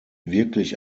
wirklich